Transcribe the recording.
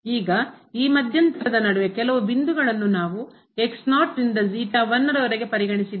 ಈಗ ಈ ಮಧ್ಯಂತರದ ನಡುವೆ ಕೆಲವು ಬಿಂದುಗಳನ್ನು ನಾವು ರಿಂದ ರವರೆಗೆ ಪರಿಗಣಿಸಿದ್ದೇವೆ